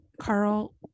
Carl